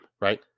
right